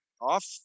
off